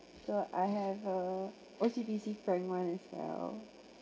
so I have a O_C_B_C frank [one] as well